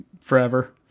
forever